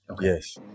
Yes